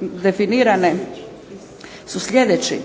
definirani su sljedeći: